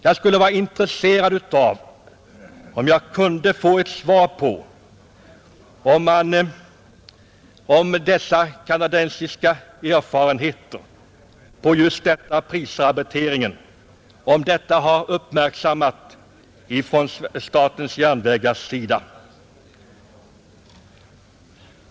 Jag skulle vara intresserad av att få ett svar på om dessa kanadensiska erfarenheter just när det gäller prisrabatteringen har uppmärksammats av statens järnvägar.